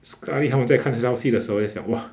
sekali 他们在看这张戏的时候在想 !wah!